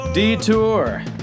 Detour